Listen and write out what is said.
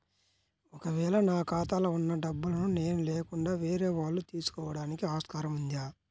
ఒక వేళ నా ఖాతాలో వున్న డబ్బులను నేను లేకుండా వేరే వాళ్ళు తీసుకోవడానికి ఆస్కారం ఉందా?